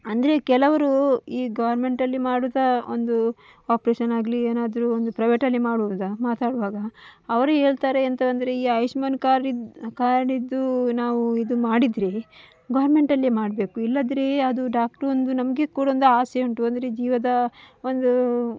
ಅಂದರೆ ಕೆಲವರು ಈ ಗೋರ್ಮೆಂಟಲ್ಲಿ ಮಾಡುವ ಒಂದು ಆಪ್ರೇಷನ್ನಾಗಲಿ ಏನಾದರೂ ಒಂದು ಪ್ರೈವೇಟಲ್ಲಿ ಮಾಡುವುದು ಮಾತಾಡುವಾಗ ಅವರು ಹೇಳ್ತಾರೆ ಎಂಥ ಅಂದರೆ ಈ ಆಯುಷ್ಮಾನ್ ಕಾರ್ಡಿದ್ದು ಕಾರ್ಡಿಂದು ನಾವು ಇದು ಮಾಡಿದರೆ ಗೋರ್ಮೆಂಟಲ್ಲೇ ಮಾಡಬೇಕು ಇಲ್ಲಾಂದ್ರೆ ಅದು ಡಾಕ್ಟ್ರು ಒಂದು ನಮಗೆ ಕೂಡ ಒಂದು ಆಸೆ ಉಂಟು ಅಂದರೆ ಜೀವದ ಒಂದು